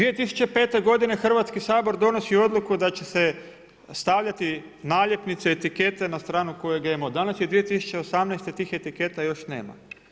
2005. g. Hrvatski sabor donosi odluku, da će se stavljati naljepnice, etikete na stranu tko je GMO, danas je 2018. tih etiketa još nema.